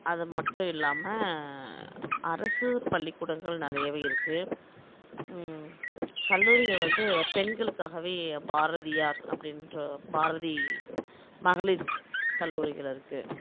அது மட்டுமில்லாமல் அரசு பள்ளிக்கூடங்கள் நிறையவே இருக்குது கல்லூரிகள் வந்து பெண்களுக்காகவே பாரதியார் அப்படின்ற பாரதி மகளிர் கல்லூரிகள் இருக்குது